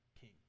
king